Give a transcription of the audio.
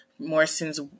Morrison's